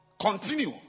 Continue